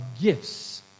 gifts